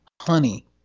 honey